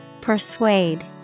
Persuade